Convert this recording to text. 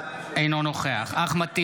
אינו נוכח אחמד טיבי,